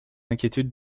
inquiétudes